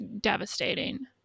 devastating